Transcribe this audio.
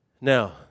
Now